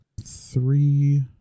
Three